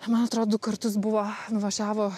man atro du kartus buvo nuvažiavo